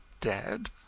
dead